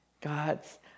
God's